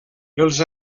els